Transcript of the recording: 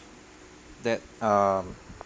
that um